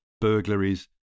burglaries